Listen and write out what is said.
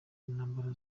intambara